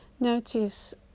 Notice